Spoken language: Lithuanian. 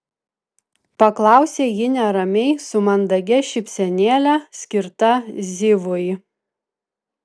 paklausė ji neramiai su mandagia šypsenėle skirta zivui